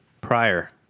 prior